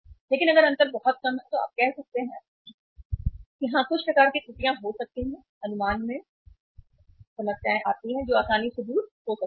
लेकिन अगर अंतर बहुत कम है तो आप कह सकते हैं कि हां कुछ प्रकार की त्रुटियां हो सकती हैं अनुमान में समस्याएं जो आसानी से दूर हो सकती हैं